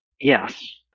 Yes